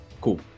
Cool